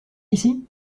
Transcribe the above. ici